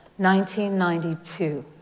1992